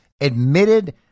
admitted